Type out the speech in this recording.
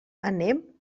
anem